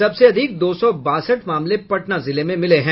सबसे अधिक दो सौ बासठ मामले पटना जिले में मिले हैं